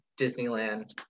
Disneyland